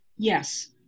Yes